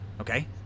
Okay